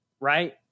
right